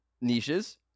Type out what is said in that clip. niches